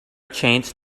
chance